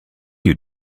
you